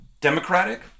Democratic